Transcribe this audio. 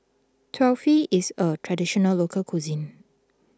Kulfi is a Traditional Local Cuisine